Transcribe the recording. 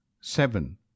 seven